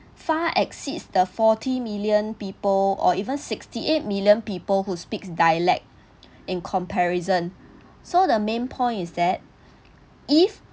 far exceeds the forty million people or even sixty eight million people who speak dialect in comparison so the main point is that if